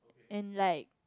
and like